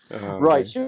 right